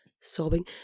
sobbing